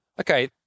okay